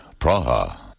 Praha